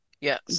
Yes